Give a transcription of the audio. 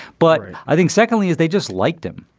but i think, secondly, if they just liked him.